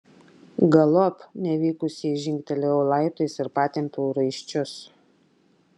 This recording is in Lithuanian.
galop nevykusiai žingtelėjau laiptais ir patempiau raiščius